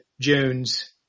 Jones